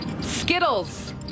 Skittles